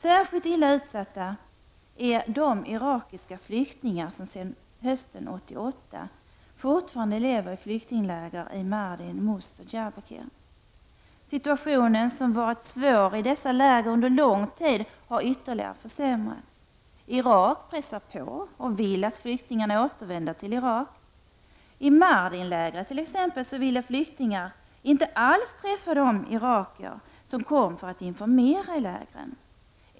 Särskilt illa utsatta är de irakiska flyktingar som sedan hösten 1988 fortfarande lever i flyktingläger i Mardin, Mus och Diyarbakir. Situationen som redan varit svår i dessa läger under lång tid har ytterligare försämrats. Irak pressar på och vill att flyktingarna återvänder dit. I Mardinlägret t.ex., ville flyktingarna inte alls träffa de irakier som kom för att informera i lägren.